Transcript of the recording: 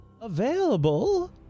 available